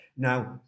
Now